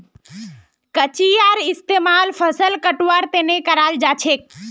कचियार इस्तेमाल फसल कटवार तने कराल जाछेक